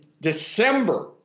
December –